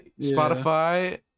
Spotify